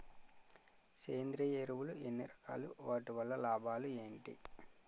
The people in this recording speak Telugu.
సేంద్రీయ ఎరువులు ఎన్ని రకాలు? వాటి వల్ల లాభాలు ఏంటి?